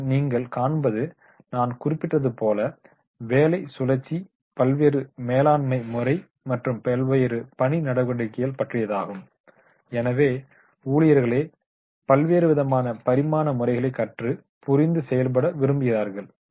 இப்போது நீங்கள் காண்பது நான் குறிப்பிட்டதுபோல வேலை சுழற்சி பல்வேறு மேலாண்மை முறை மற்றும் பல்வேறு பணி நடவடிக்கைகள் பற்றியதாகும் எனவே ஊழியர்களே பல்வேறுவிதமான பரிமாண முறைகளை கற்று புரிந்து செயல்பட விரும்புகிறார்கள்